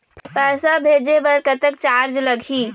पैसा भेजे बर कतक चार्ज लगही?